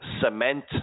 cement